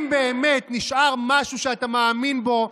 אם באמת נשאר משהו שאתה מאמין בו,